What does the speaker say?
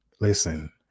Listen